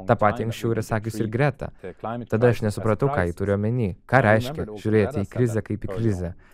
tą patį anksčiau yra sakiusi ir greta tada aš nesupratau ką ji turi omeny ką reišikia žiūrėti į krizę kaip į krizę